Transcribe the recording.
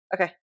Okay